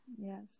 Yes